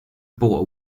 bought